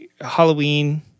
Halloween